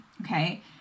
okay